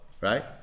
right